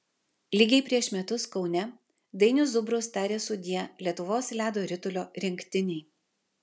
lygiai prieš metus kaune dainius zubrus tarė sudie lietuvos ledo ritulio rinktinei